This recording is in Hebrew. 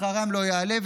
שכרם לא יעלה.